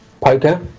poker